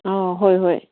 ꯑꯥ ꯍꯣꯏ ꯍꯣꯏ